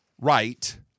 right